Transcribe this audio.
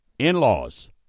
In-laws